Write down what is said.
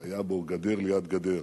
היו גדר ליד גדר.